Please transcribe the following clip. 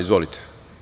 Izvolite.